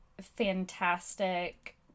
fantastic